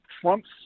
Trump's